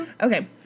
Okay